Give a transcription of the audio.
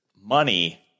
money